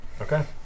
Okay